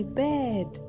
bed